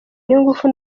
n’ingufu